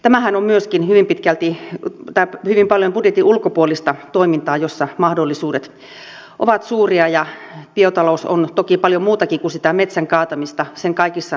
tämähän on myöskin hyvin paljon budjetin ulkopuolista toimintaa jossa mahdollisuudet ovat suuria ja biotalous on toki paljon muutakin kuin sitä metsän kaatamista sen kaikissa eri väreissä